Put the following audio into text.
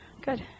Good